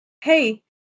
hey